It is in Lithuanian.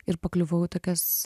ir pakliuvau į tokias